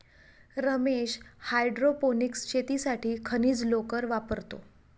Ramesh hydroponics शेतीसाठी खनिज लोकर वापरतो